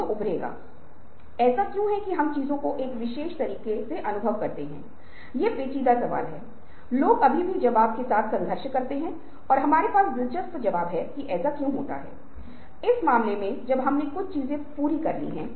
दुर्भाग्य से हमारी समाजीकरण प्रक्रिया और सीखने की प्रणाली ऐसी है कि वे रचनात्मकता को प्रोत्साहित नहीं करते हैं और हमारा बायाँ मस्तिष्क लगातार वातानुकूलित है